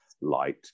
light